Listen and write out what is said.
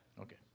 Okay